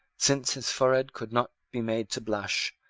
since his forehead could not be made to blush,